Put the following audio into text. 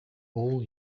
all